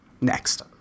Next